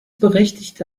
berechtigte